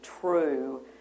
true